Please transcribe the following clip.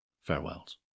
farewells